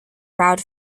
proud